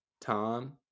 Tom